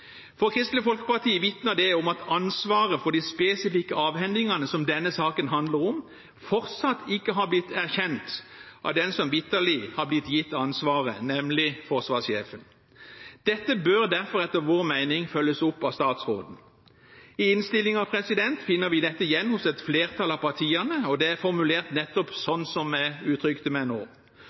For Kristelig Folkeparti vitner det om at ansvaret for de spesifikke avhendingene som denne saken handler om, fortsatt ikke har blitt erkjent av den som vitterlig har blitt gitt ansvaret, nemlig forsvarssjefen. Dette bør derfor etter vår mening følges opp av statsråden. I innstillingen finner vi dette igjen hos et flertall av partiene, og det er formulert nettopp slik som jeg uttrykte meg nå.